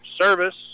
service